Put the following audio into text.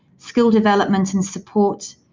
skill developments and support,